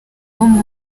muri